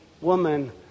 woman